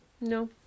No